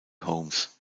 holmes